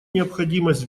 необходимость